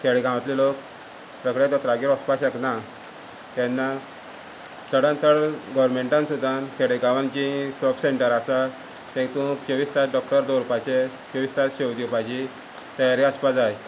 खेडेगांवांतले लोक सगळे दोतोरागेर वचपा शकना केन्ना चडान चड गोवर्मेंटान सुद्दां खेडेगांवांन जी सॉप सेंटर आसा तेकां चेवीस तास डॉक्टर दवरपाचे चोवीस तास शेवा दिवपाची तयारी आसपा जाय